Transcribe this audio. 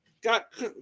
got